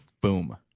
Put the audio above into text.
boom